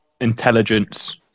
intelligence